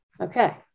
Okay